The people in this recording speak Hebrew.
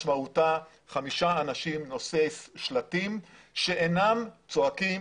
משמעותה חמישה אנשים נושאי שלטים שאינם צועקים,